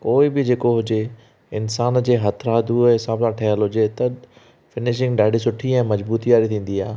कोई बि जेको हुजे इंसान जे हथ ऐं हिसाब सां ठहियलु हुजे त फिनिशिंग ॾाढी सुठी ऐं मज़बूती वारी थींदी आहे